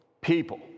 people